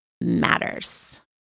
matters